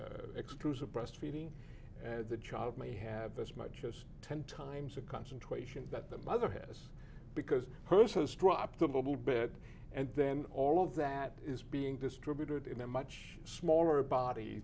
of exclusive breastfeeding and the child may have as much as ten times the concentration that the mother has because hers has dropped a little bit and then all of that is being distributed in a much smaller body